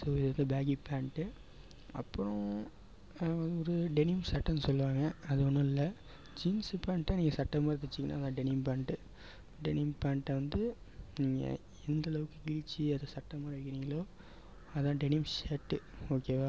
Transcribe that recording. so இது வந்து பேஹி பேண்ட்டு அப்பறம் ஒரு டெனிம் சட்டைன்னு சொல்லுவாங்க அது ஒன்றும் இல்லை ஜீன்ஸ்ஸு பேண்ட்டை நீங்கள் சட்டை மாதிரி தைச்சிங்கன்னா அதுதான் டெனிம் பேண்ட்டு டெனிம் பேண்ட்டை வந்து நீங்கள் எந்தளவுக்கு கிழிச்சி அதை சட்டை மாதிரி தைக்கிறீங்களோ அதுதான் டெனிம் சர்ட் ஓகேவா